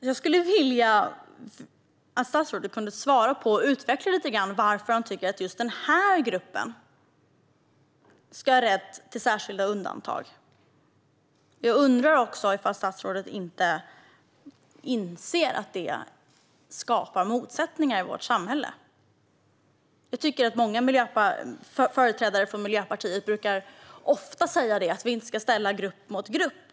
Jag skulle vilja att statsrådet svarar på och lite grann utvecklar varför han tycker att just denna grupp ska ha rätt till särskilda undantag. Inser inte statsrådet att det skapar motsättningar i vårt samhälle? Många företrädare för Miljöpartiet brukar ofta säga att vi inte ska ställa grupp mot grupp.